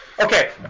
Okay